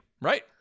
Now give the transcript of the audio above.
right